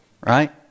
right